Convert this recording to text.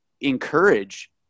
encourage